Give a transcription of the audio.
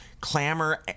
Clamor